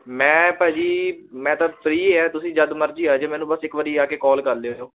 ਮੈਂ ਭਾਅ ਜੀ ਮੈਂ ਤਾਂ ਫਰੀ ਹੈ ਤੁਸੀਂ ਜਦ ਮਰਜ਼ੀ ਆ ਜਿਓ ਮੈਨੂੰ ਬਸ ਇੱਕ ਵਾਰੀ ਆ ਕੇ ਕੋਲ ਕਰ ਲਿਓ